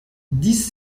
dix